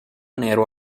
nero